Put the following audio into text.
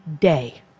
day